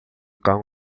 cão